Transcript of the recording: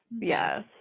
yes